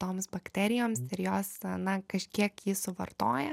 toms bakterijoms ir jos na kažkiek jį suvartoja